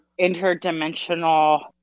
interdimensional